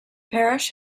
parish